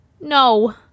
No